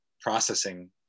processing